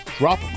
Drop